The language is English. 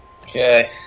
Okay